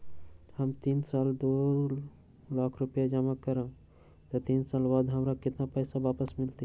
हम तीन साल ला दो लाख रूपैया जमा करम त तीन साल बाद हमरा केतना पैसा वापस मिलत?